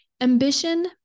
Ambition